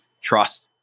trust